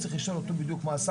צריך לשאול אותו מה הסנקציות.